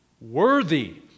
worthy